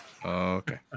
okay